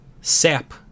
Sap